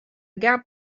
garde